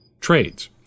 trades